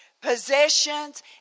possessions